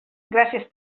gràcies